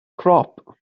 crop